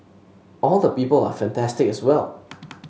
all the people are fantastic as well